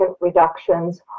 reductions